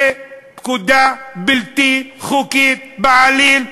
זה פקודה בלתי חוקית בעליל,